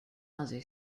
other